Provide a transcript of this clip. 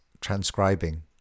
transcribing